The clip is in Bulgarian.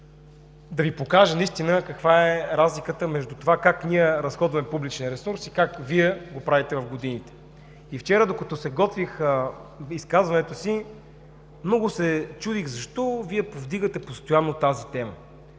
да Ви покажа каква е разликата между това как ние разходваме публичния ресурс и как Вие го правите в годините. Вчера, докато се готвех за изказването си, много се чудех защо Вие повдигате постоянно тази тема,